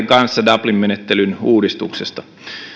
kanssa dublin menettelyn uudistuksesta